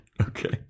Okay